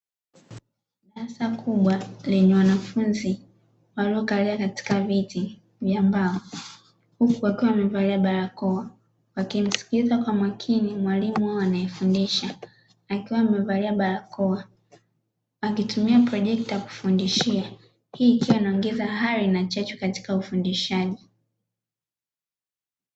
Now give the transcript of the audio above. Darasa kubwa lenye wanafunzi waliokalia katika viti vya mbao huku wakiwa wamevalia barakoa, wakimsikiliza kwa makini mwalimu wao anayefundisha akiwa amevalia barakoa, akitumia projekta kufudushia hii ikiwa inaongeza hari na chachu katika ufundishaji.